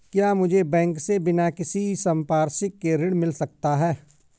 क्या मुझे बैंक से बिना किसी संपार्श्विक के ऋण मिल सकता है?